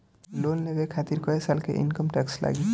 Loan लेवे खातिर कै साल के इनकम टैक्स लागी?